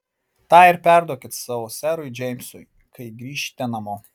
tą ir perduokit savo serui džeimsui kai grįšite namo